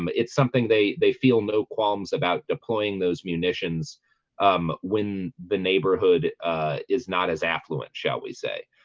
um it's something they they feel no qualms about deploying those munitions um when the neighborhood, ah is not as affluent shall we say?